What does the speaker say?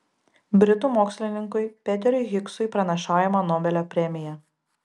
britų mokslininkui peteriui higsui pranašaujama nobelio premija